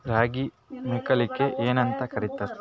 ರಾಗಿ ಮೊಳಕೆಗೆ ಏನ್ಯಾಂತ ಕರಿತಾರ?